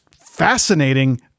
fascinating